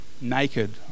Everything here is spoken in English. naked